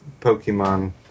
Pokemon